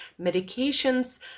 medications